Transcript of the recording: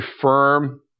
firm